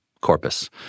corpus